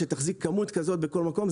שתחזיק כמות כזאת בכל מקום.